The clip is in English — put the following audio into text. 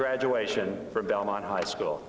graduation from belmont high school